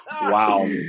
wow